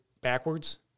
backwards